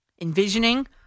envisioning